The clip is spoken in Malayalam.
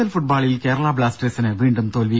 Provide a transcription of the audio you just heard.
എൽ ഫുട്ബോളിൽ കേരള ബ്ലാസ്റ്റേഴ്സിന് വീണ്ടും തോൽവി